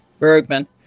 Bergman